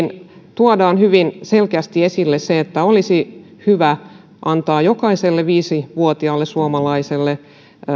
tuodaan hyvin selkeästi esille se että olisi hyvä antaa jokaiselle viisi vuotiaalle suomalaiselle